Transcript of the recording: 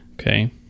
Okay